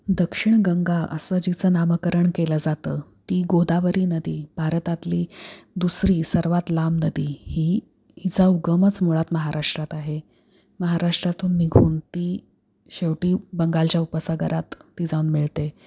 दक्षिण गंगा असं जिचं नामकरण केलं जातं ती गोदावरी नदी भारतातली दुसरी सर्वात लांब नदी ही हिचा उगमच मुळात महाराष्ट्रात आहे महाराष्ट्रातून निघून ती शेवटी बंगालच्या उपासागरात ती जाऊन मिळते